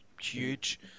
huge